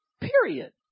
period